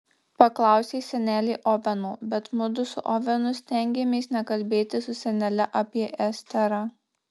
paklausė senelė oveno bet mudu su ovenu stengėmės nekalbėti su senele apie esterą